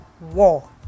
war